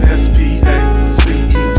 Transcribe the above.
space